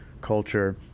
culture